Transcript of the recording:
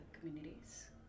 communities